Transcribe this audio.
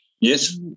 Yes